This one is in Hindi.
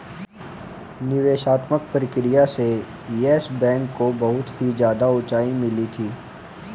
निवेशात्मक प्रक्रिया से येस बैंक को बहुत ही ज्यादा उंचाई मिली थी